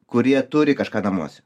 kurie turi kažką namuos